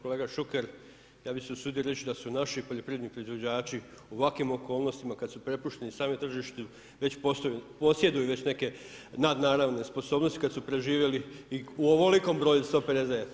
Kolega Šuker, ja bih se usudio reći da su naši poljoprivredni proizvođači u ovakvim okolnostima kada su prepušteni sami na tržištu već posjeduju neke nadnaravne sposobnosti kada su preživjeli i u ovolikom broju 159.